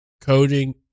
coding